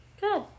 Good